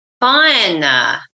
Fun